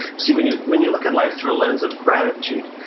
see, when you when you look at life through a lens of gratitude,